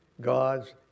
God's